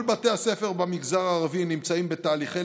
כל בתי הספר במגזר הערבי נמצאים בתהליכי